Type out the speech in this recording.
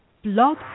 Blog